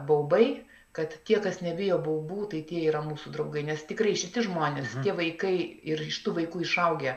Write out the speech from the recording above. baubai kad tie kas nebijo baubų tai tie yra mūsų draugai nes tikrai šiti žmonės tie vaikai ir iš tų vaikų išaugę